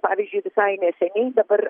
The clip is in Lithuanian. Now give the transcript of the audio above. pavyzdžiui visai neseniai dabar